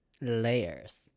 layers